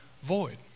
void